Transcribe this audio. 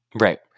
Right